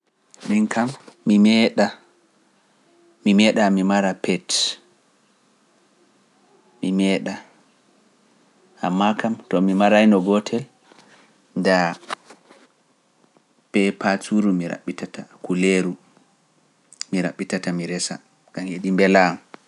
men kam mi meeɗa, mi meeɗa mi mara pet, mi meeɗa, ammaa kam to mi maraino gootel, daa peepat suru mi raɓitata, kuleeru, mi raɓitata mi resa, ɗum belaa am.